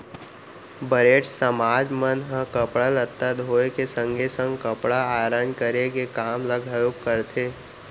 बरेठ समाज मन ह कपड़ा लत्ता धोए के संगे संग कपड़ा आयरन करे के काम ल घलोक करथे